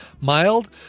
mild